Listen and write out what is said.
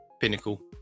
Pinnacle